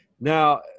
now